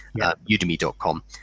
Udemy.com